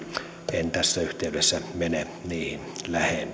en tässä yhteydessä mene niihin